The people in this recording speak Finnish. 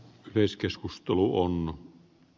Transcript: varapuhemies